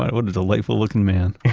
but what a delightful looking man! yeah.